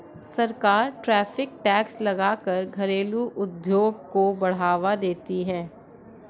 सरकार tariff tax लगा कर घरेलु उद्योग को बढ़ावा देती है